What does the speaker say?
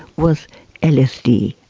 was lsd,